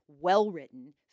well-written